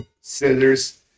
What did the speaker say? scissors